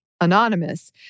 Anonymous